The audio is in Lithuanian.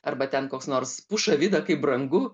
arba ten koks nors pušavida kaip brangu